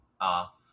off